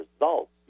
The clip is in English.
results